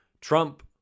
Trump